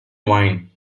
wine